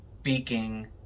speaking